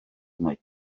mai